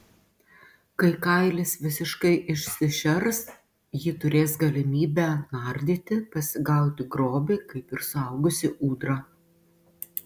kai kailis visiškai išsišers ji turės galimybę nardyti pasigauti grobį kaip ir suaugusi ūdra